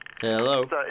Hello